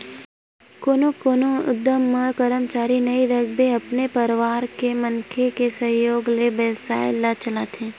कोनो कोनो उद्यम म करमचारी नइ राखके अपने परवार के मनखे के सहयोग ले बेवसाय ल चलाथे